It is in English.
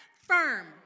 Firm